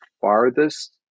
farthest